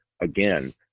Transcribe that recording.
again